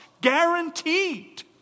guaranteed